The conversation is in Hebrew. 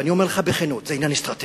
אני אומר לך בכנות, זה עניין אסטרטגי.